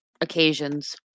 occasions